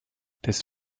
des